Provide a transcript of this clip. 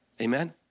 Amen